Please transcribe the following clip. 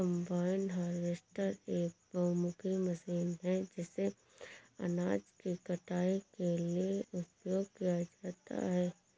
combine harvester एक बहुमुखी machine है जिसे अनाज की कटाई के लिए उपयोग किया जाता है